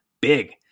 big